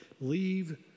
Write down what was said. leave